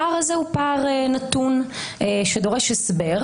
הפער הזה הוא פער נתון שדורש הסבר,